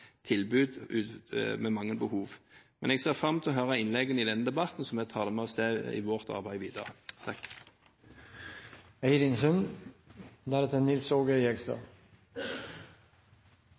tilbud ut fra mange behov. Men jeg ser fram til å høre innleggene i denne debatten, og så må vi ta det med oss i vårt arbeid videre.